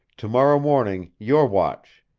to-morrow morning, your watch,